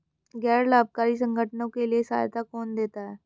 गैर लाभकारी संगठनों के लिए सहायता कौन देता है?